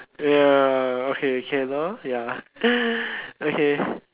ya okay can lor ya okay